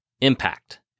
impact